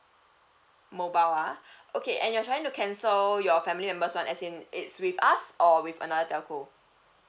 mobile ah okay and you're trying to cancel your family member's one as in it's with us or with another telco